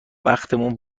بختمون